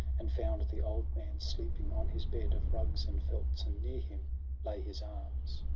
and found the old man sleeping on his bed of rugs and felts, and near him lay his arms.